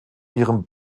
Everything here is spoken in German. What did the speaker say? ihrem